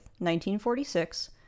1946